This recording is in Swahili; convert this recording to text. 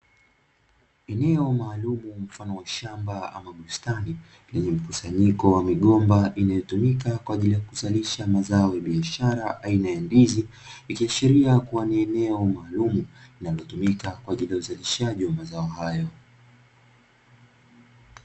Eneo maalumu mfano wa shamba ama bustani, lenye mkusanyiko wa migomba inayotumika kwa ajili ya kuzalisha mazao ya biashara aina ya ndizi, likiashiria kuwa ni eneo maalumu linalotumika kwa ajili ya uzalishaji wa mazao hayo.